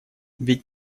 ведь